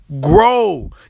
grow